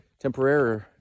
temporary